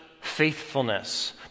faithfulness